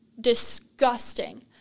disgusting